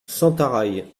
sentaraille